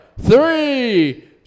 Three